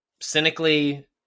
cynically